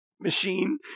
machine